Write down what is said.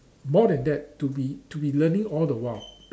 more than that to be to be learning all the while